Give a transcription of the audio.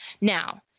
Now